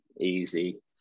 easy